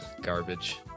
garbage